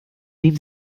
dem